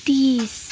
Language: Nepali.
तिस